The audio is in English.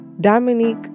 Dominique